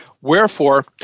Wherefore